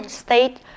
state